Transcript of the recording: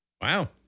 Wow